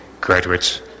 graduates